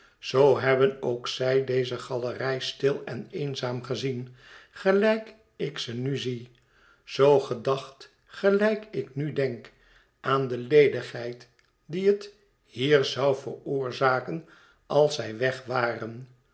zoo hebben ook zij deze galerij stil en eenzaam gezien gelijk ik ze nu zie zoo gedacht gelijk ik nu denk aan de ledigheid die het hier zou veroorzaken als zij weg waren